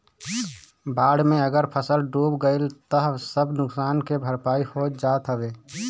बाढ़ में अगर फसल डूब गइल तअ सब नुकसान के भरपाई हो जात हवे